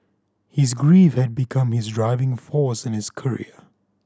his grief had become his driving force in his career